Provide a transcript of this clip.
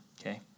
Okay